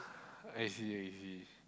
I see I see